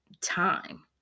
time